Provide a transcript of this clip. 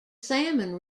salmon